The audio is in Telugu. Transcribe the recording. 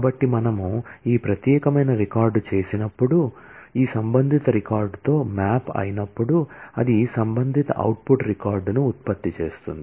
కాబట్టి మనము ఈ ప్రత్యేకమైన రికార్డ్ చేసినప్పుడు ఈ సంబంధిత రికార్డ్తో మ్యాప్ అయినప్పుడు అది సంబంధిత అవుట్పుట్ రికార్డ్ను ఉత్పత్తి చేస్తుంది